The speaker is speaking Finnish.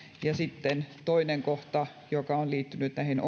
ja toinen kohta on liittynyt näihin